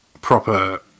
proper